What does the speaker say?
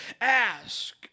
Ask